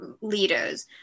leaders